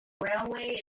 railway